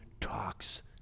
talks